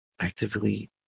actively